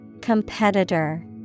Competitor